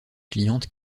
clientes